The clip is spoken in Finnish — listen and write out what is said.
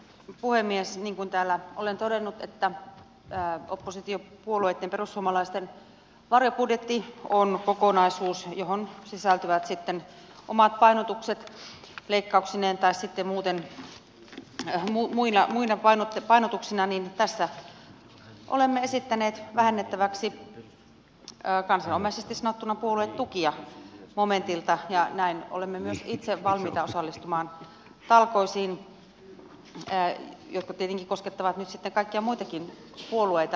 niin kuin täällä olen todennut oppositiopuolueitten perussuomalaisten varjobudjetti on kokonaisuus johon sisältyvät sitten omat painotukset leikkauksineen tai sitten muina painotuksina ja tässä olemme esittäneet vähennettäväksi kansan omaisesti sanottuna puoluetukia momentilta ja näin olemme myös itse valmiita osallistumaan talkoisiin jotka tietenkin koskettavat nyt sitten kaikkia muitakin puolueita